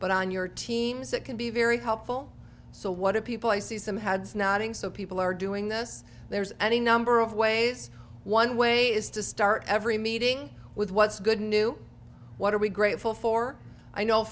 but on your teams that can be very helpful so what are people i see some hads knotting so people are doing this there's any number of ways one way is to start every meeting with what's good new what are we grateful for i know